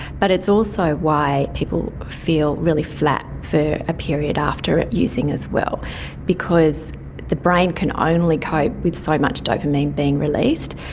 but it's also why people feel really flat for a period after using as well because the brain can only cope with so much dopamine being released,